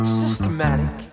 systematic